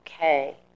Okay